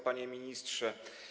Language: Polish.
Panie Ministrze!